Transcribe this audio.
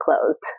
closed